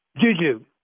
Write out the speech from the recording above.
Juju